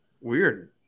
Weird